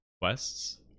quests